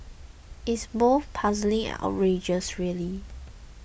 it's both puzzling and outrageous really